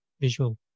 visual